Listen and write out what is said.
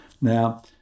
Now